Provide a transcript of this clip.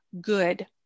good